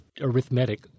arithmetic